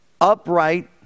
upright